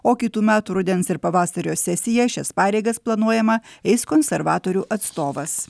o kitų metų rudens ir pavasario sesiją šias pareigas planuojama eis konservatorių atstovas